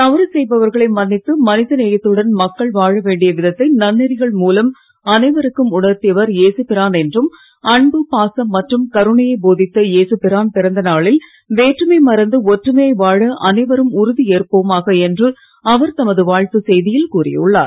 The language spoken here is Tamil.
தவறு செய்பவர்களை மன்னித்து மனிதநேயத்துடன் மக்கள் வாழ வேண்டிய விதத்தை நன்நெறிகள் மூலம் அனைவருக்கும் உணர்த்தியவர் ஏசு பிரான் என்றும் அன்பு பாசம் மற்றும் கருணையை போதித்த ஏசு பிரான் பிறந்தநாளில் வேற்றுமை மறந்து ஒற்றுமையாய் வாழ அனைவரும் உறுதி ஏற்போமாக என்று அவர் தமது வாழ்த்து செய்தியில் கூறியுள்ளார்